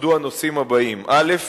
עמדו הנושאים הבאים: א.